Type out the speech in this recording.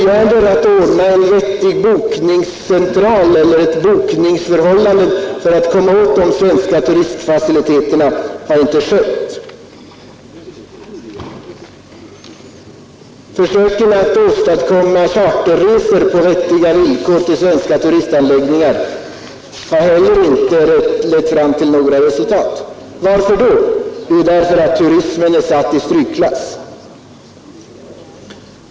Några åtgärder i syfte att ordna en vettig bokningsenhet för att komma åt de svenska turistfaciliteterna har inte vidtagits. Försöken att på vettiga villkor åstadkomma charterresor till svenska turistanläggningar har inte heller lett till resultat. Varför? Jo, därför att turismen är satt i strykklass.